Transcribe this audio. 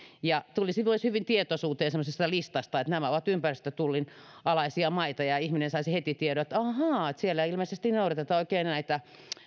ja se tulisi hyvin tietoisuuteen myös semmoisesta listasta että nämä ovat ympäristötullin alaisia maita ja ihminen saisi heti tiedon että ahaa siellä ei ilmeisesti noudateta oikein näitä